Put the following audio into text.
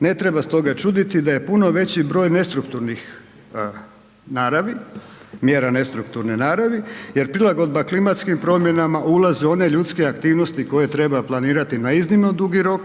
ne treba stoga čuditi da je puno veći broj nestrukturnih naravi, mjera nestrukturne naravi, jer prilagodba klimatskim promjenama ulazi u one ljudske aktivnosti koje treba planirati na iznimno dugi rok